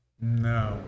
No